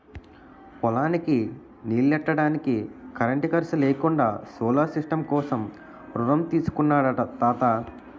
పొలానికి నీల్లెట్టడానికి కరెంటు ఖర్సు లేకుండా సోలార్ సిస్టం కోసం రుణం తీసుకున్నాడట తాత